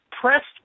pressed